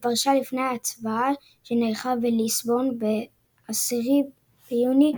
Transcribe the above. שפרשה לפני ההצבעה שנערכה בליסבון ב-10 ביוני